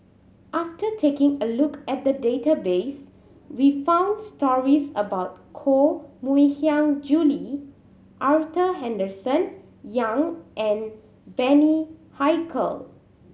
after taking a look at the database we found stories about Koh Mui Hiang Julie Arthur Henderson Young and Bani Haykal